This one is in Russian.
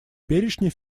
перечни